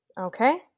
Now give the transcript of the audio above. Okay